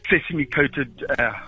sesame-coated